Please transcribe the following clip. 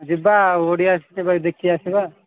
ଯିବା ଓଡ଼ିଆ ସିନେମା ଦେଖି ଆସିବା